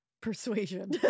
persuasion